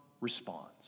responds